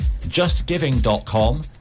justgiving.com